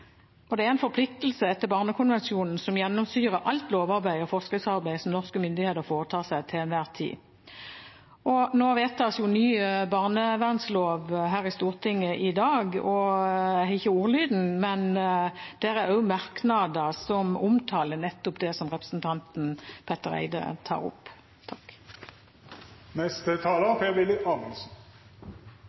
Det er en forpliktelse etter barnekonvensjonen som gjennomsyrer alt lovarbeid og forskriftsarbeid som norske myndigheter foretar seg til enhver tid. Det vedtas i dag ny barnevernslov i Stortinget. Jeg har ikke ordlyden, men der er det også merknader som omtaler nettopp det som representanten Petter Eide tar opp.